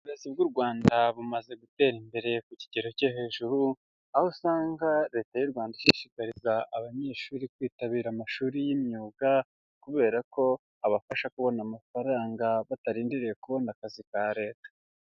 Uburezi bw'u Rwanda bumaze gutera imbere ku kigero cyo hejuru, aho usanga leta y'u Rwanda ishishikariza abanyeshuri kwitabira amashuri y'imyuga, kubera ko abafasha kubona amafaranga, batarindiriye kubona akazi ka leta.